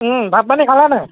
ভাত পানী খালে নাই